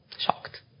shocked